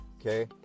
okay